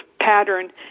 pattern